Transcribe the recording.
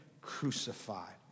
crucified